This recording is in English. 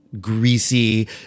greasy